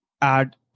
add